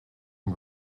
een